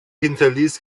hinterließ